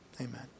Amen